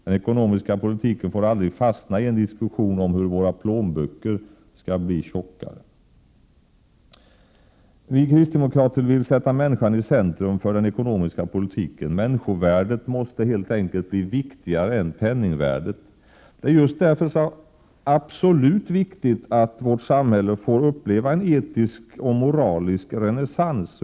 Den ekonomiska politiken får aldrig fastna i en diskussion om hur våra plånböcker skall bli tjockare. Vi kristdemokrater vill sätta människan i centrum för den ekonomiska politiken. Människovärdet måste helt enkelt bli viktigare än penningvärdet. Det är just därför så absolut viktigt att vårt samhälle får uppleva en etisk och moralisk renässans.